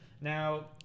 Now